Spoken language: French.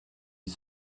les